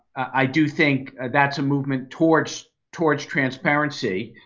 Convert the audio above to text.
i do think that's a movement towards towards transparency.